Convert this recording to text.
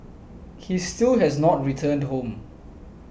he still has not returned home